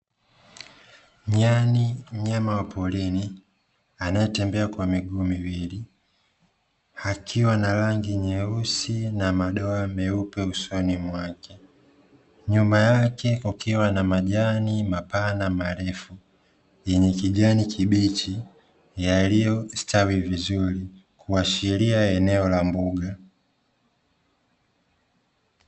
Nyani mnyama wa porini anayetembea kwa miguu miwili, akiwa na rangi nyeusi na madoa meupe usoni mwake. Nyuma yake kukiwa na majani mapana marefu, yenye kijani kibichi yaliyostawi vizuri, kuashiria eneo la mbuga.